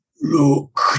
Look